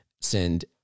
send